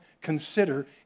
consider